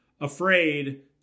afraid